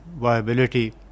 viability